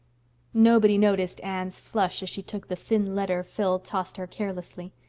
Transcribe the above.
nobody noticed anne's flush as she took the thin letter phil tossed her carelessly.